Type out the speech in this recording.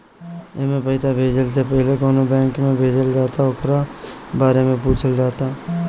एमे पईसा भेजला से पहिले कवना बैंक में भेजल जाता ओकरा बारे में पूछल जाता